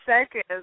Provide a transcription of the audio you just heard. seconds